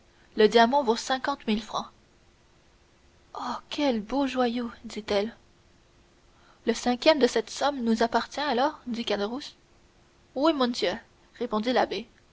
le diamant vaut cinquante mille francs oh le beau joyau dit-elle le cinquième de cette somme nous appartient alors dit caderousse oui monsieur répondit l'abbé